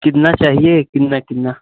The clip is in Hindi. कितना चाहिए कितना कितना